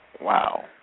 Wow